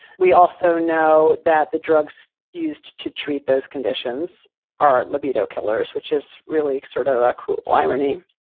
we also know that the drugs used to treat those conditions are libido killers, which is really sort of a cruel irony.